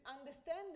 understand